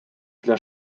для